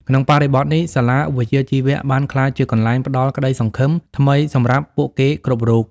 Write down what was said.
ក្នុងបរិបទនេះ សាលាវិជ្ជាជីវៈបានក្លាយជាកន្លែងផ្តល់ក្តីសង្ឃឹមថ្មីសម្រាប់ពួកគេគ្រប់រូប។